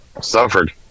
suffered